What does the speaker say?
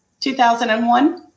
2001